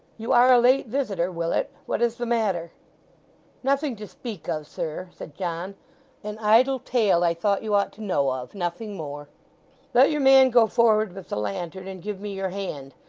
you are a late visitor, willet. what is the matter nothing to speak of, sir said john an idle tale, i thought you ought to know of nothing more let your man go forward with the lantern, and give me your hand.